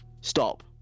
stop